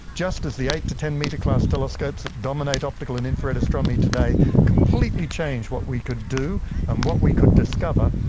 just as the eight to ten metre class telescopes that dominate optical and infrared astronomy today completely changed what we could do and what we could discover.